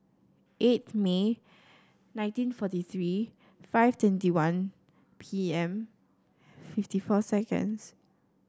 eighth May nineteen forty three five twenty one P M fifty four seconds